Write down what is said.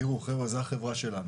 זו החברה שלנו,